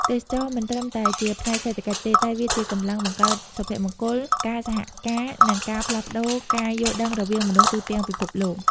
ទេសចរណ៍មិនត្រឹមតែជាផ្នែកសេដ្ឋកិច្ចទេ តែវាជាកម្លាំងបង្កើតសុភមង្គល ការសហការណ៍ និងការផ្លាស់ប្ដូរការយល់ដឹងរវាងមនុស្សទូទាំងពិភពលោក។